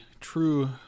true